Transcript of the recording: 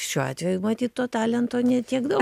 šiuo atveju matyt to talento ne tiek daug